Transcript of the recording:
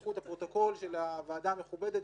ויפתחו את הפרוטוקול של הוועדה המכובדת